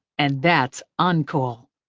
and that's uncool.